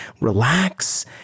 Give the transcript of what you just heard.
relax